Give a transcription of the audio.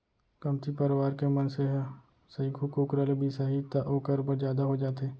कमती परवार के मनसे ह सइघो कुकरा ल बिसाही त ओकर बर जादा हो जाथे